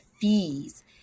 fees